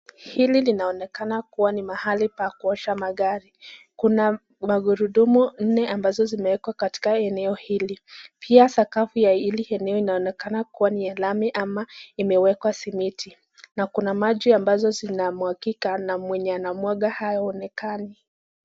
Hili linaonekana kuwa ni mahali pa kuosha magari. Kuna magurudumu nne ambazo zimeekwa katika hii eneo hili. Pia sakafu ya hili eneo inaonekana kuwa ni ya lami ama imewekwa simiti na kuna maji ambazo zinamwagika na mwenye anamwaga haonekani.